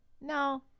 No